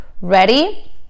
ready